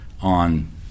on